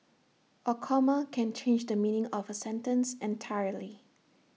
A comma can change the meaning of A sentence entirely